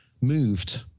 moved